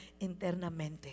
internamente